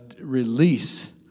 release